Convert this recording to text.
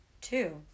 Two